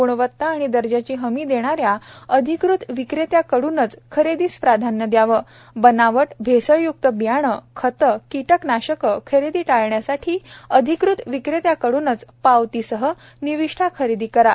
ग्णवत्ता व दर्जाची हमी देणाऱ्या अधिकृत विक्रेत्याकडूनच खरेदीस प्राधान्य द्यावे बनावट भेसळय्क्त बियाणे खते किटकनाशके खरेदी टाळण्यासाठी अधिकृत विक्रेत्याकडूनच पावतीसह निविष्ठा खरेदी करा